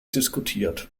diskutiert